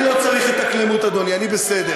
אני לא צריך התאקלמות, אדוני, אני בסדר.